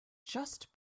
just